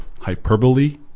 hyperbole